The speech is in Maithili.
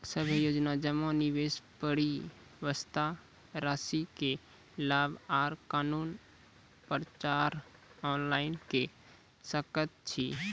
सभे योजना जमा, निवेश, परिपक्वता रासि के लाभ आर कुनू पत्राचार ऑनलाइन के सकैत छी?